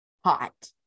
hot